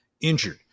injured